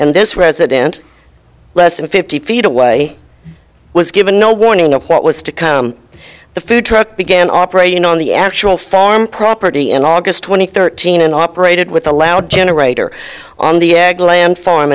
and this resident less than fifty feet away was given no warning of what was to come the food truck began operating on the actual farm property in august twenty thirty nine and operated with a loud generator on the ag land farm